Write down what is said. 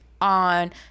on